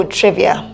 trivia